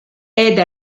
aide